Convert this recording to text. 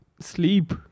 Sleep